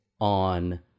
on